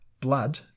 blood